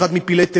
הוא אחד מפלאי תבל,